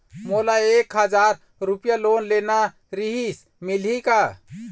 मोला एक हजार रुपया लोन लेना रीहिस, मिलही का?